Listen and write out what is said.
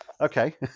okay